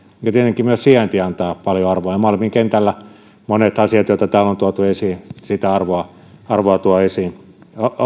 tietenkin myös sijainti antaa paljon arvoa ja monet asiat joita täällä on tuotu malmin kentästä esiin sitä arvoa arvoa tuovat esiin